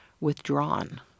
withdrawn